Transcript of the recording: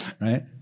Right